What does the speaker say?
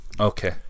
Okay